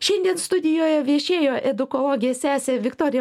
šiandien studijoje viešėjo edukologė sesė viktorija